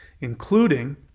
including